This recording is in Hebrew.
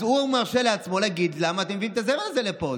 אז הוא מרשה לעצמו להגיד: למה אתם מביאים את הזבל הזה לפה.